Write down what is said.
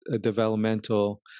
developmental